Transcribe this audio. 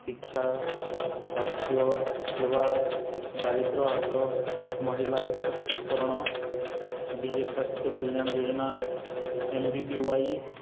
ଶିକ୍ଷା ସ୍ୱାସ୍ଥ୍ୟ ସେବା ଦାରିଦ୍ର୍ୟ ହ୍ରାସ ମହିଳା ସଶକ୍ତିକରଣ ବିଜୁ ସ୍ୱାସ୍ଥ୍ୟ କଲ୍ୟାଣ ଯୋଜନା ଏମ ବି ବି ୱାଇ